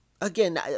again